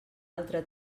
altre